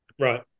Right